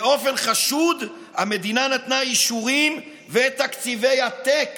באופן חשוד המדינה נתנה אישורים ותקציבי עתק